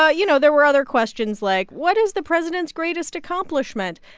ah you know, there were other questions, like, what is the president's greatest accomplishment?